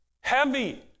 Heavy